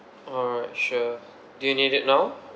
alright sure do you need it now